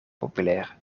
populair